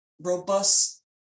robust